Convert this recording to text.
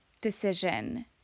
decision